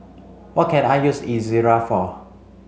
what can I use Ezerra for